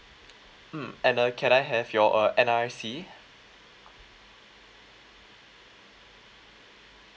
mm and uh can I have your uh N_R_I_C